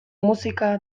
musika